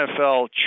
NFL